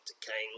decaying